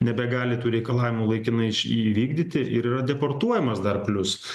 nebegali tų reikalavimų laikinai š įvykdyti ir yra deportuojamas dar plius